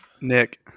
Nick